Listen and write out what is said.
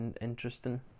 interesting